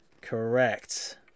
correct